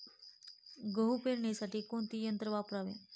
गहू पेरणीसाठी कोणते यंत्र वापरावे?